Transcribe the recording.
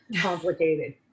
complicated